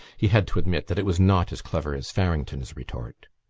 he had to admit that it was not as clever as farrington's retort.